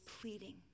pleading